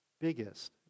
biggest